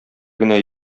генә